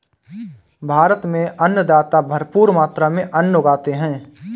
भारत में अन्नदाता भरपूर मात्रा में अन्न उगाते हैं